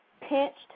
pinched